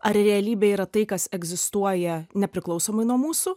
ar realybė yra tai kas egzistuoja nepriklausomai nuo mūsų